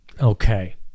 Okay